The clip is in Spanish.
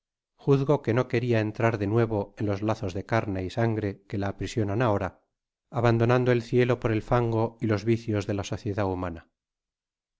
juzgo que no queria entrar de nuevo en los lazos de carne y sangre que la aprisionan ahora abandonando el cielo por el fango y los vicios de la sociedad humana